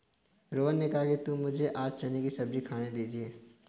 रोहन ने कहा कि मुझें आप चने की सब्जी खाने दीजिए